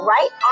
Right